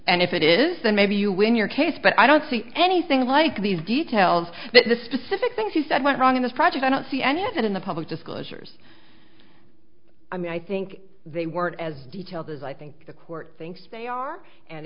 and if it is then maybe you win your case but i don't see anything like these details that the specific things you said went wrong in this project i don't see any of that in the public disclosures i mean i think they weren't as detailed as i think the court thinks they are and